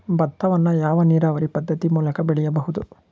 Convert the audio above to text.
ಭತ್ತವನ್ನು ಯಾವ ನೀರಾವರಿ ಪದ್ಧತಿ ಮೂಲಕ ಬೆಳೆಯಬಹುದು?